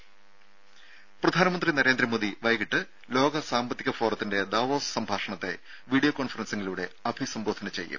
ദേദ പ്രധാനമന്ത്രി നരേന്ദ്രമോദി വൈകീട്ട് ലോക സാമ്പത്തിക ഫോറത്തിന്റെ ദാവോസ് സംഭാഷണത്തെ വിഡിയോ കോൺഫറൻസിംഗിലൂടെ അഭിസംബോധന ചെയ്യും